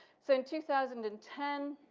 so in two thousand and ten,